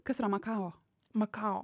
kas yra makao makao